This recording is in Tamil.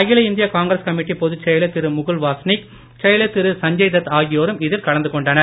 அகில இந்திய காங்கிரஸ் கமிட்டி பொதுச் செயலர் திரு முகுல் வாசினிக் செயலர் திரு சஞ்சய் தத் ஆகியோரும் இதில் கலந்து கொண்டனர்